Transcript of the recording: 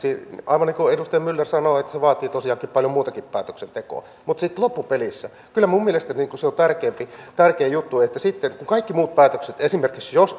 aivan niin kuin edustaja myller sanoi se vaatii tosiaankin paljon muutakin päätöksentekoa mutta sitten loppupelissä kyllä minun mielestäni se on tärkein juttu että sitten kun kaikki muut päätökset on tehty esimerkiksi jos